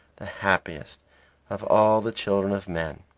the happiest of all the children of men.